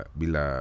bila